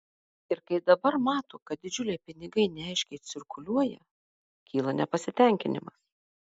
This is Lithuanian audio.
ir kai dabar mato kad didžiuliai pinigai neaiškiai cirkuliuoja kyla nepasitenkinimas